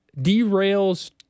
derails